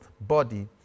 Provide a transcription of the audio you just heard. body